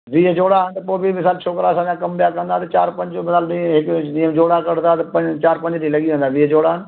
वीह जोड़ा आहिनि त पोइ बि मुंहिंजा छोकिरा असांजा कम ॿिया कंदासीं चारि पंज जोड़ा हिक हिक ॾींहं जोड़ा कढंदासीं पंज चारि पंज ॾींहं लॻी वेंदा वीह जोड़ा